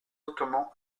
ottomans